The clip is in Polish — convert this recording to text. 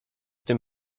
tym